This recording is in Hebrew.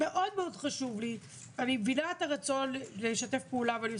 רואים פער מאוד מאוד גדול בין הרצון של אנשים לבין היישום בפועל.